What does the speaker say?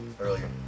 earlier